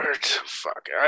fuck